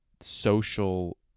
social